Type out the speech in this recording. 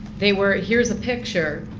they were here's a picture,